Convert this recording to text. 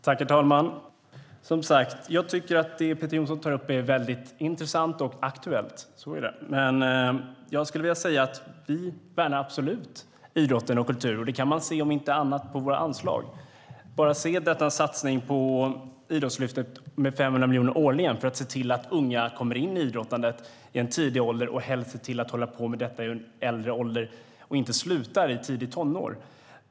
Herr talman! Som sagt: Jag tycker att det Peter Johnsson tar upp är väldigt intressant och aktuellt. Så är det. Jag skulle vilja säga att vi absolut värnar idrotten och kulturen. Det kan man om inte annat se på våra anslag. Titta bara på satsningen på Idrottslyftet med 500 miljoner årligen! Det är för att se till att unga kommer in i idrottandet i tidig ålder och helst ser till att hålla på med detta i en äldre ålder i stället för att sluta i tidiga tonår.